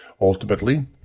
Ultimately